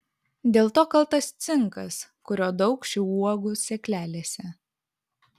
dėl to kaltas cinkas kurio daug šių uogų sėklelėse